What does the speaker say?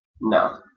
no